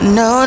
no